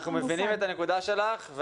אנחנו מבינים את הנקודה שלך,